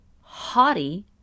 haughty